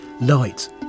light